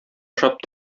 ашап